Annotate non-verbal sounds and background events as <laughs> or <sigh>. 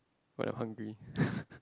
but I'm hungry <laughs>